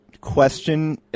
question